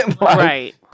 Right